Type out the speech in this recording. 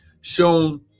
shown